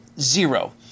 zero